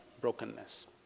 brokenness